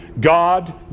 god